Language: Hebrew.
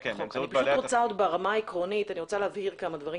אני רוצה עוד ברמה העקרונית להבהיר כמה דברים